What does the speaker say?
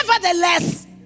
nevertheless